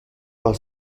war